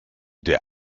der